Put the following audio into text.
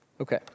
Okay